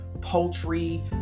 poultry